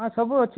ହଁ ସବୁ ଅଛି